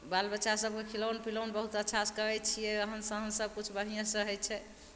बाल बच्चा सब खेलनि पीलनि बहुत अच्छासँ करय छियै रहन सहन सबकिछु बढियेंसँ हइ छै